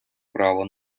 право